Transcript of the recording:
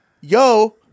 Yo